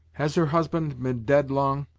has her husband been dead long?